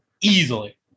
easily